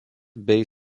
bei